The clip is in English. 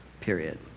period